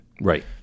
right